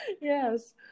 yes